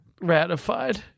Ratified